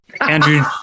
Andrew